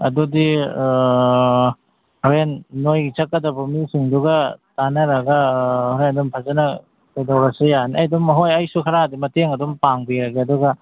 ꯑꯗꯨꯗꯤ ꯍꯣꯔꯦꯟ ꯅꯣꯏ ꯆꯠꯀꯗꯕ ꯃꯤꯁꯤꯡꯗꯨꯒ ꯇꯥꯟꯅꯔꯒ ꯍꯣꯔꯦꯟ ꯑꯗꯨꯝ ꯐꯖꯅ ꯀꯩꯗꯧꯔꯁꯨ ꯌꯥꯅꯤ ꯑꯩ ꯑꯗꯨꯝ ꯍꯣꯏ ꯑꯩꯁꯨ ꯈꯔꯗꯤ ꯃꯇꯦꯡ ꯑꯗꯨꯝ ꯄꯥꯡꯕꯤꯔꯒꯦ ꯑꯗꯨꯒ